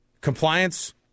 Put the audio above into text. compliance